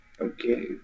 Okay